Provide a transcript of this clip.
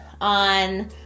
on